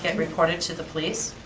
get reported to the police?